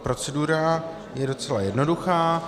Procedura je docela jednoduchá.